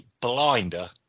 blinder